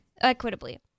Equitably